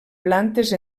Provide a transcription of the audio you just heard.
plantes